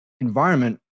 environment